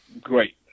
Great